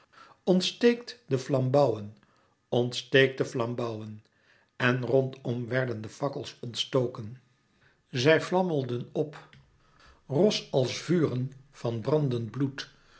ontsteekt de flambouwen ontsteekt de flambouwen en rondom werden de fakkels ontstoken zij vlammelden op ros als vuren van brandend bloed